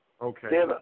Okay